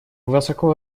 высоко